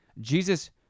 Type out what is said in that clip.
Jesus